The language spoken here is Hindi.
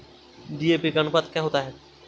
डी.ए.पी का अनुपात क्या होता है?